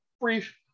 brief